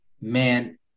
Man